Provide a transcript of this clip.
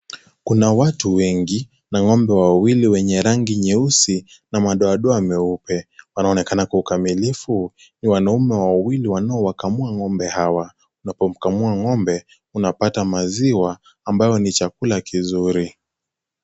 Kuna watu wengi na ngombe wawili wenye rangi nyeusi na madoadoa meupe, wanaonekana kwa ukamilifu ni wanaume wawili wanaowakamua ngombe hawa, unapomkamua ngombe unapata maziwa ambayo ni chakula kizuri.